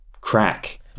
crack